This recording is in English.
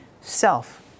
self